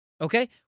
Okay